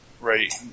Right